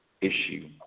issue